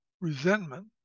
resentment